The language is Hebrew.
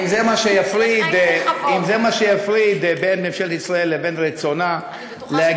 אם זה מה שיפריד בין ממשלת ישראל לבין רצונה להגיע,